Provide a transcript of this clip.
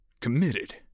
Committed